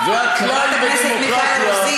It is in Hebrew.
חברת הכנסת מיכל רוזין,